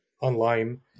online